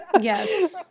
yes